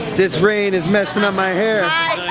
this rain is messing up my hair hey